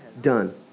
done